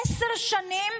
עשר שנים,